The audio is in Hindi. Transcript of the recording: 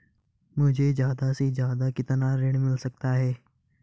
मुझे ज्यादा से ज्यादा कितना ऋण मिल सकता है?